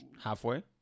Halfway